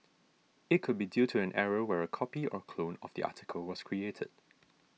it could be due to an error where a copy or clone of the article was created